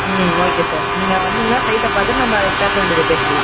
ம் okay sir நீங்கள் வந்தீங்கன்னால் சைட்டை பார்த்துட்டு நம்ம பேச வேண்டியதை பேசிக்கலாம்